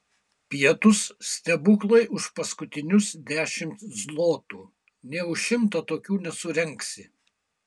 pietūs stebuklai už paskutinius dešimt zlotų nė už šimtą tokių nesurengsi